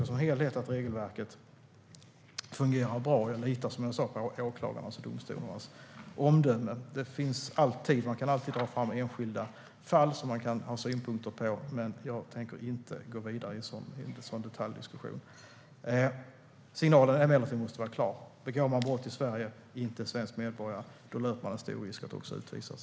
Som helhet fungerar regelverket bra. Jag litar som sagt på åklagarnas och domstolarnas omdöme. Man kan alltid dra fram enskilda fall som man kan ha synpunkter på, men jag tänker inte gå in i en sådan detaljdiskussion. Signalen måste emellertid vara klar. Begår man brott i Sverige och inte är svensk medborgare löper man stor risk att utvisas.